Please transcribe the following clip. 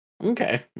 okay